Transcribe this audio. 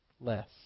less